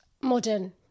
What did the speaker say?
Modern